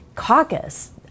caucus